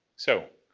so,